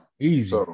Easy